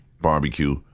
barbecue